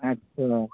اَچّھا